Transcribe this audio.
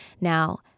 Now